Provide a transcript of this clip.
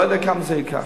לא יודע כמה זה ייקח.